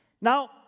Now